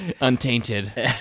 Untainted